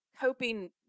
coping